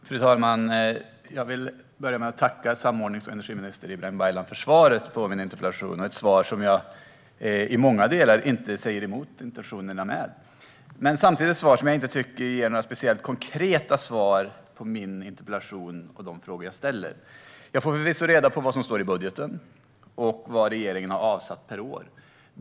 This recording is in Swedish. Fru talman! Jag vill börja med att tacka samordnings och energiminister Ibrahim Baylan för svaret på min interpellation. Det är ett svar som jag i många delar inte säger emot intentionerna med, men samtidigt är det ett svar som jag inte tycker ger några speciellt konkreta svar på de frågor jag ställer i min interpellation. Jag får förvisso reda på vad som står i budgeten och vad regeringen har avsatt per år.